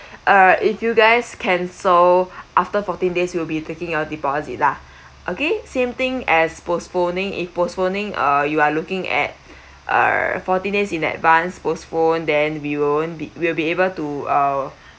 uh if you guys cancel after fourteen days we will be taking your deposit lah okay same thing as postponing if postponing uh you are looking at uh fourteen days in advance postpone then we won't we won't be able to uh